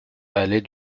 allée